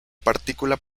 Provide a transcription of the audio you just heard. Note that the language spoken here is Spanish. partícula